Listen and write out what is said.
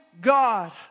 God